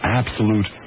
absolute